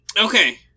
Okay